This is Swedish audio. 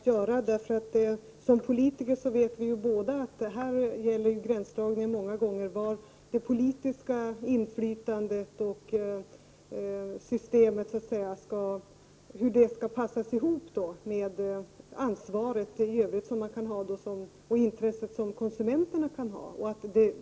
Herr talman! Det är Ulla Orring välkommen att göra. Som politiker vet vi offenkga pektora ju båda att gränsdragningen många gånger gäller hur det politiska inflytandet — och systemet, så att säga — skall passas ihop med det ansvar i övrigt som man kan ha, och med konsumenternas intresse.